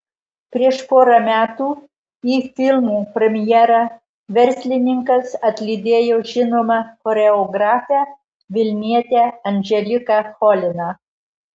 prieš porą metų į filmo premjerą verslininkas atlydėjo žinomą choreografę vilnietę anželiką choliną